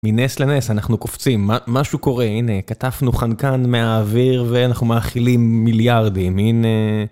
מנס לנס אנחנו קופצים משהו שקורה הנה כתבנו חנקן מהאוויר ואנחנו מאכילים מיליארדים הנה.